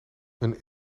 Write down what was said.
een